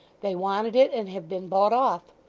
they wanted it, and have been bought off.